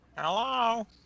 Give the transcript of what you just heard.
Hello